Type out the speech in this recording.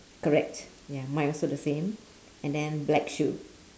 correct ya mine also the same and then black shoe